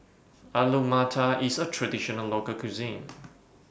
Alu Matar IS A Traditional Local Cuisine